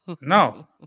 No